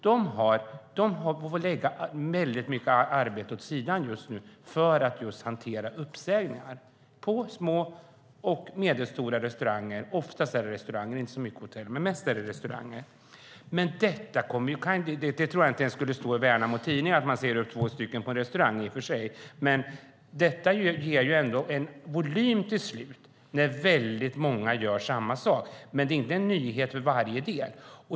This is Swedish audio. De har fått lägga väldigt mycket arbete åt sidan just nu för att hantera uppsägningar på små och medelstora restauranger. Oftast är det restauranger. Det är inte så mycket hotell. Det är mest restauranger. Jag tror i och för sig inte att det skulle stå i Värnamo Nyheter att man säger upp två personer på en restaurang. Men det blir ju en volym till slut när väldigt många gör samma sak. Men det är inte en nyhet för varje del.